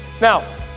Now